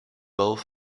both